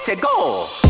go